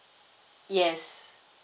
yes